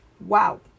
Wow